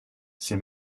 ces